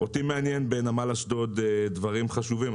אותי מעניינים בנמל אשדוד דברים חשובים.